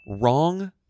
wrong